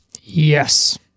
Yes